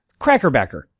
crackerbacker